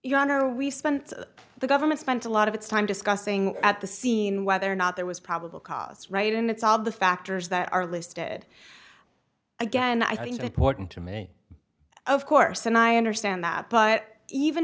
honor we spent the government spent a lot of its time discussing at the scene whether or not there was probable cause right and it's all of the factors that are listed again i think reported to me of course and i understand that but even